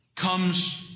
comes